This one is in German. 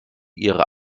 ihre